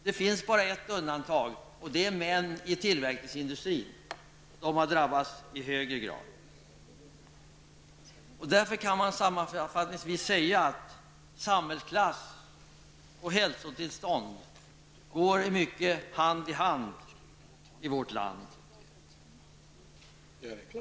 Det finns bara ett undantag, och det är män i tillverkningsindustrin. De har drabbats i högre grad. Därför kan man sammanfattningsvis säga att samhällsklass och hälsotillstånd i mycket går hand i hand i vårt land.